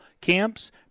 camps